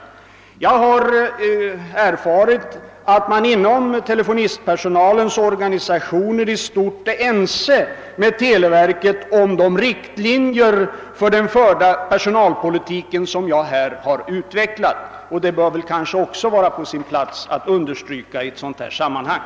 Jag har erfarit att man inom dessa organisationer i stort är ense med televerket om de riktlinjer för den förda personalpolitiken som jag här har utvecklat. Det bör vara på sin plats att i detta sammanhang också understryka den saken.